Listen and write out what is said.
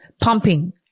pumping